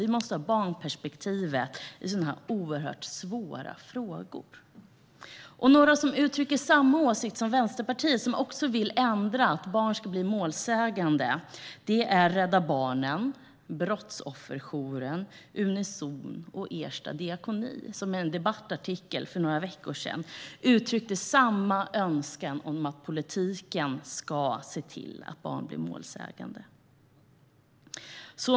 Vi måste ha barnperspektivet i sådana här oerhört svåra frågor. Några som uttrycker samma åsikt som Vänsterpartiet och som också vill ändra så att barn ska bli målsägande är Rädda Barnen, Brottsofferjouren, Unizon och Ersta diakoni, som i en debattartikel för några veckor sedan uttryckte samma önskan om att politiken ska se till att barn blir målsägande.